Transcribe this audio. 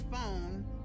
phone